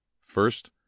first